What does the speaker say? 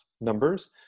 numbers